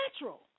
natural